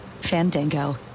Fandango